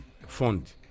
fund